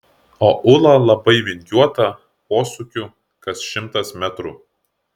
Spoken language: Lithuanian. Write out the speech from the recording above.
o ūla labai vingiuota posūkių kas šimtas metrų